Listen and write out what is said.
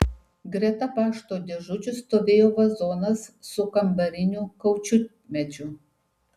greta pašto dėžučių stovėjo vazonas su kambariniu kaučiukmedžiu